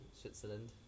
Switzerland